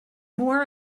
more